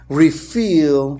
reveal